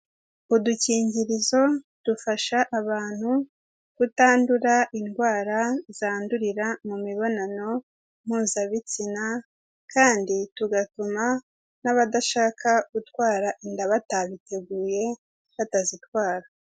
Udukingirizo dufasha abantu kutandura indwara zandurira mu mibonano mpuzabitsina kandi tugatuma n'abadashaka gutwara inda batabiteguye batazitwara.